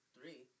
Three